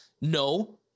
No